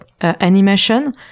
animation